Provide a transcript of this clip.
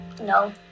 No